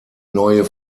neue